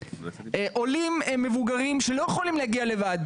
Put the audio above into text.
עולים מבוגרים שלא יכולים להגיע לבד,